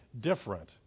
different